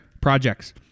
projects